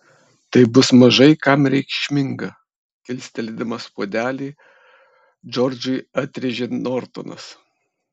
tai bus mažai kam reikšminga kilstelėdamas puodelį džordžui atrėžė nortonas